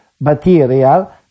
material